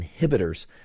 inhibitors